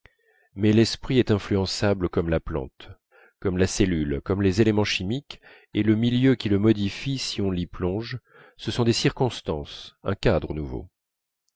mais l'esprit est influençable comme la plante comme la cellule comme les éléments chimiques et le milieu qui le modifie si on l'y plonge ce sont des circonstances un cadre nouveau